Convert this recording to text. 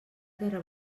terra